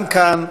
גם כאן,